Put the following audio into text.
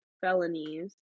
felonies